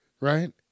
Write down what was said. right